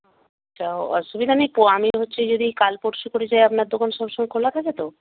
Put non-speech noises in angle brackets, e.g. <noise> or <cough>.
<unintelligible> অসুবিধা নেই <unintelligible> আমি হচ্ছে যদি কাল পরশু করে যাই আপনার দোকান সবসময় খোলা থাকে তো